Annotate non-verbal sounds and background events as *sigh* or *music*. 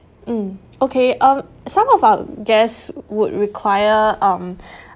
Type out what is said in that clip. mm okay um some of our guests would require um *breath*